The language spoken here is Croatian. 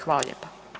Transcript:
Hvala lijepa.